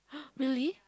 really